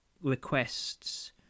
requests